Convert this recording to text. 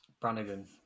Brannigan